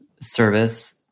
service